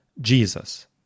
Jesus